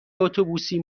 اتوبوسی